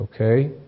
Okay